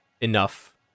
enough